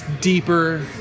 deeper